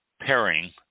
pairing